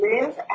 live